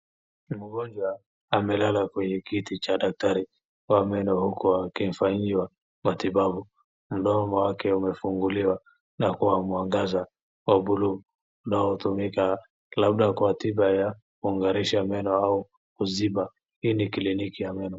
Mgonjwa amelala kwenye kiti cha daktari wa meno huku akifanyia matibabu. Mdomo wake umefunguliwa na kuwa mwangaza blue unaotumika labda kwa ratiba ya kungalisha meno au kuzimba ,hii ni kiliniki ya meno.